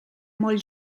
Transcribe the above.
molt